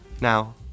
Now